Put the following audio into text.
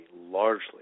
largely